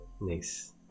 Nice